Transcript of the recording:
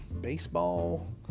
baseball